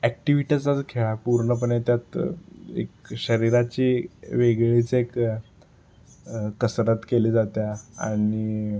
ॲक्टिव्हिटाचाच खेळ आहे पूर्णपणे त्यात एक शरीराची वेगळीच एक कसरत केली जाते आणि